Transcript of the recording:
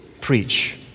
preach